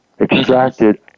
extracted